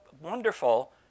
wonderful